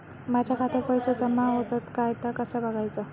माझ्या खात्यात पैसो जमा होतत काय ता कसा बगायचा?